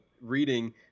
reading